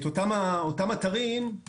אותם אתרים,